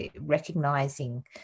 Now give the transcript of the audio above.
recognizing